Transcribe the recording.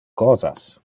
cosas